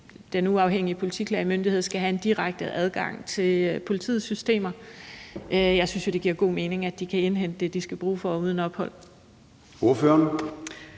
Den Uafhængige Politiklagemyndighed skal have en direkte adgang til politiets systemer. Jeg synes jo, det giver god mening, at de kan indhente det, de har brug for, uden ophold.